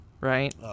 right